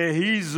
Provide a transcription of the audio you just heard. והיא,